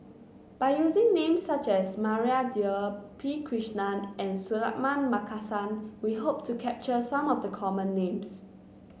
by using names such as Maria Dyer P Krishnan and Suratman Markasan we hope to capture some of the common names